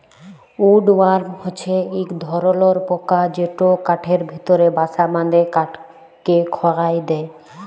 would worm হছে ইক ধরলর পকা যেট কাঠের ভিতরে বাসা বাঁধে কাঠকে খয়ায় দেই